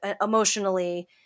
emotionally